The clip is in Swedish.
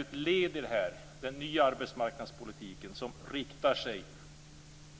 Ett led i detta är den nya arbetsmarknadspolitikens inriktning.